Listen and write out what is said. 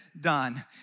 done